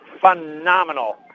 phenomenal